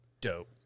Dope